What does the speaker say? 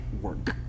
work